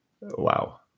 Wow